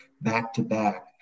back-to-back